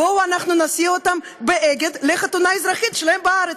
בואו אנחנו נסיע אותם ב"אגד" לחתונה האזרחית שלהם בארץ.